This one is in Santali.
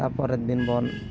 ᱛᱟᱨᱯᱚᱨᱮᱨ ᱫᱤᱱ ᱵᱚᱱ